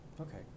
Okay